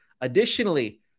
Additionally